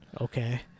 Okay